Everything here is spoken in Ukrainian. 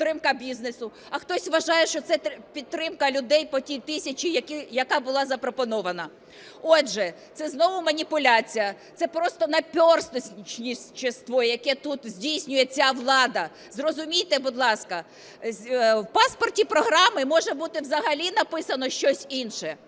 підтримка бізнесу, а хтось вважає, що це підтримка людей по тій тисячі, яка була запропонована. Отже, це знову маніпуляція, це просто наперстничество, яке тут здійснює ця влада, зрозумійте, будь ласка. В паспорті програми може бути взагалі написано щось інше.